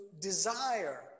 desire